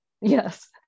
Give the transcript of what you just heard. Yes